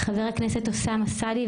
חבר הכנסת אוסאמה סעדי,